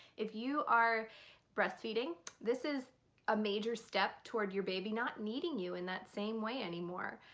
if you are breastfeeding this is a major step toward your baby not needing you in that same way anymore.